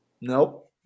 Nope